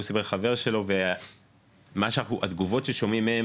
והוא סיפר לחבר שלו והתגובות ששומעים מהם